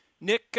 Nick